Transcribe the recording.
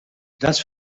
das